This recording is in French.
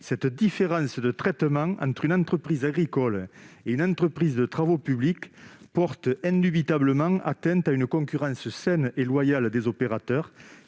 Cette différence de traitement entre une entreprise agricole et une entreprise de travaux publics porte indubitablement atteinte à une concurrence saine et loyale entre opérateurs,